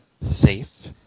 safe